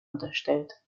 unterstellt